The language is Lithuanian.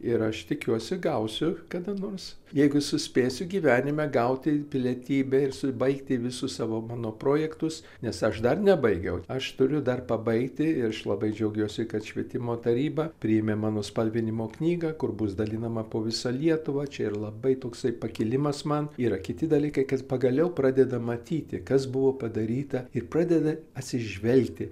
ir aš tikiuosi gausiu kada nors jeigu suspėsiu gyvenime gauti pilietybę ir su baigti visus savo mano projektus nes aš dar nebaigiau aš turiu dar pabaigti ir aš labai džiaugiuosi kad švietimo taryba priėmė mano spalvinimo knygą kur bus dalinama po visą lietuvą čia yra labai toksai pakilimas man yra kiti dalykai kad pagaliau pradeda matyti kas buvo padaryta ir pradeda atsižvelgti